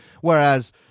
whereas